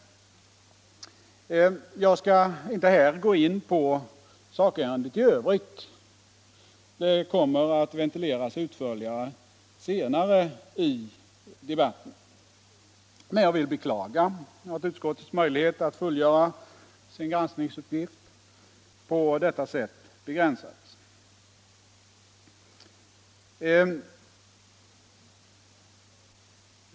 Jag skall inte här gå in på sakärendet i övrigt — det kommer att ventileras utförligare senare i debatten. Men jag vill beklaga att utskottets möjlighet att fullgöra sin granskningsuppgift på detta sätt begränsades.